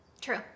True